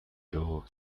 door